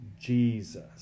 Jesus